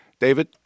David